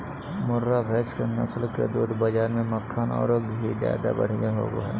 मुर्रा भैस के नस्ल के दूध बाज़ार में मक्खन औरो घी ज्यादा बढ़िया होबो हइ